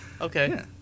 okay